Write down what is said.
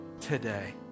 today